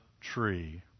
tree